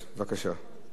בבקשה.